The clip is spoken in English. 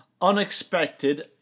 unexpected